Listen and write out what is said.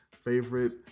favorite